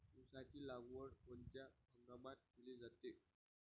ऊसाची लागवड कोनच्या हंगामात केली जाते?